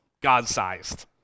God-Sized